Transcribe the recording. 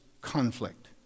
conflict